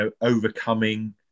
overcoming